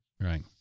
Right